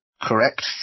Correct